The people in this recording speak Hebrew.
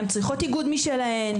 הן צריכות איגוד משלהן,